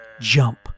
jump